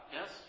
yes